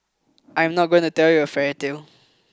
I'm not going to tell you a fairy tale